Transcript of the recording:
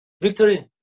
victory